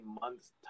month's